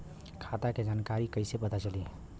खाता के जानकारी कइसे पता चली?